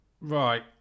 Right